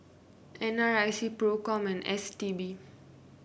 N R I C Procom and S T B